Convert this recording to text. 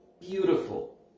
beautiful